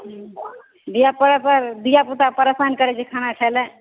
धिआ पुता परेशान करै छी खाना खाए लए